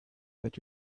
that